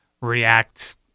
react